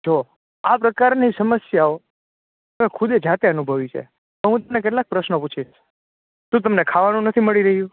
જો આ પ્રકારની સમસ્યાઓ મેં ખુદ જાતે અનુભવી છે હું તમને કેટલાક પ્રશ્નો પુછિશ જો તમને ખાવાનું નથી મળી રહ્યું